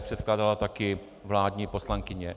C předkládala také vládní poslankyně.